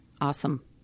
Awesome